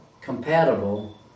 compatible